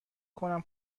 کنم